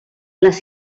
les